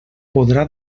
podrà